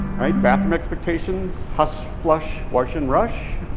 right, bathroom expectations hush, flush, wash, and rush.